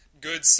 good